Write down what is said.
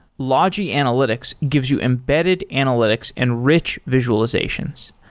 logi analytics gives you embedded analytics and rich visualizations.